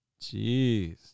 jeez